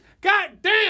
Goddamn